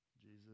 jesus